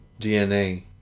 DNA